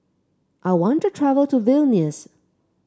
I want to travel to Vilnius